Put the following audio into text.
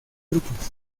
grupos